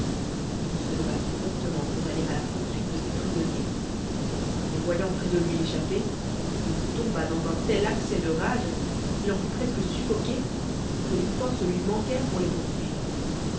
il se leva promptement pour aller à la poursuite de ses prisooniers lei voyant près de lui échapper il tomba dans un tel accès de rage qu'il en fut presque sbffoqué et que les forces lui manquèrent pour les poursnivre